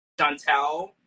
Chantel